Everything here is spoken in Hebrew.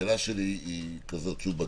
השאלה שלי היא כללית,